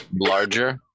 larger